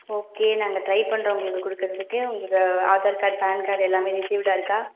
okay நாங்கள் try பண்ணுறோம் உங்களுக்கு கொடுக்கறதுக்கு உங்களுக்கு ஆதார் கார்ட் பான் கார்ட் எல்லாமே ரிஸீவ்டாக இருக்கா